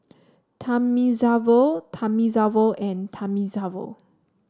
Thamizhavel Thamizhavel and Thamizhavel